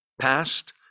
past